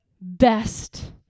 best